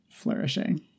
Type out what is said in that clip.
flourishing